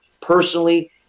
personally